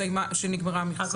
שנגמרה המכסה?